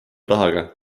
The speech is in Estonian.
rahaga